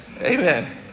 Amen